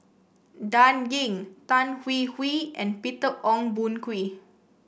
Dan Ying Tan Hwee Hwee and Peter Ong Boon Kwee